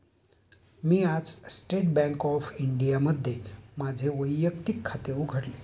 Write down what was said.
मी आज state bank of इंडियामध्ये माझे वैयक्तिक खाते उघडले